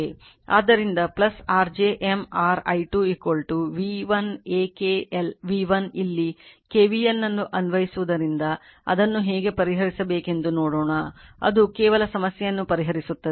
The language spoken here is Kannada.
ಆದ್ದರಿಂದ r j M r i 2 v1 a k v l ಇಲ್ಲಿ KVL ಅನ್ನು ಅನ್ವಯಿಸುವುದರಿಂದ ಅದನ್ನು ಹೇಗೆ ಪರಿಹರಿಸಬೇಕೆಂದು ನೋಡೋಣ ಅದು ಕೆಲವು ಸಮಸ್ಯೆಯನ್ನು ಪರಿಹರಿಸುತ್ತದೆ